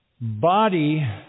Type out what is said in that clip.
body